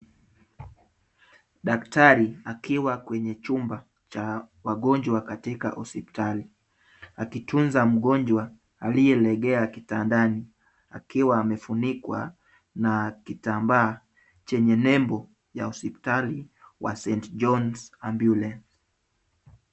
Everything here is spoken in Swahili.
Daktari akiwa kwenye chumba cha wagonjwa katika hospitali akitunza mgonjwa aliyelegea kitandani akiwa amefunikwa na kitambaa chenye nembo ya hospitali wa St.John's Ambulance.